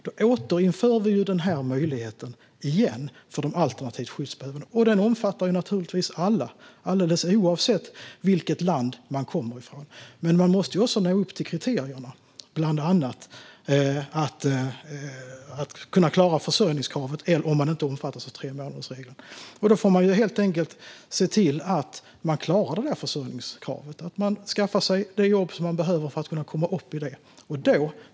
Då återinför vi denna möjlighet för de alternativt skyddsbehövande - och den omfattar naturligtvis alla, alldeles oavsett vilket land man kommer från. Men man måste också nå upp till kriterierna. Bland annat måste man klara försörjningskravet om man inte omfattas av tremånadersregeln. Då får man helt enkelt se till att man klarar försörjningskravet, att man skaffar det jobb man behöver för att nå upp till det.